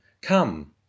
Come